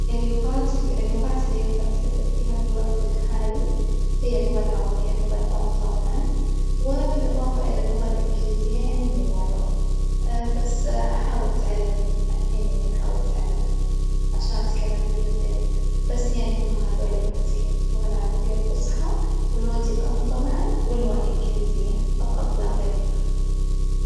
اللغات اللغات اللي أجدر أتحدث فيها في الوجت الحالي هي اللغة العربية اللغة الأم طبعًا وبالإظافة إلى اللغة الإنجليزية يعني مو مرة، بس أحاول أتعلم الحين يعني أحاول أتعلمها عشان أتكلم فيها زين، بس يعني هما هذول اللغتين اللغة العربية الفصحى ولغتي الأم طبعًا واللغة الإنجليزية فقط لا غير.